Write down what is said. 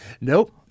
nope